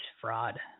fraud